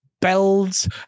Builds